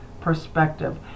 perspective